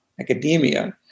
academia